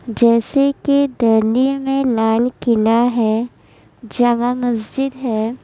جیسے کے دہلی میں لال قلعہ ہے جامع مسجد ہے